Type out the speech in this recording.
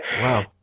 Wow